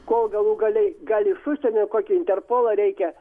kol galų gale gal iš užsienio kokį interpolą reikia